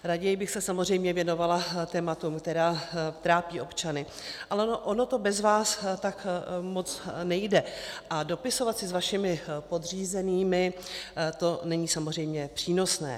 Raději bych se samozřejmě věnovala tématům, která trápí občany, ale ono to bez vás tak moc nejde a dopisovat si s vašimi podřízenými není samozřejmě přínosné.